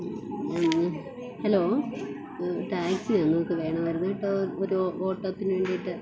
hello taxi ഞങ്ങൾക്ക് വേണമായിരുന്നു കേട്ടോ ഒരു ഓട്ടത്തിന് വേണ്ടിയിട്ടാണ്